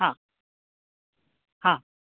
हा हा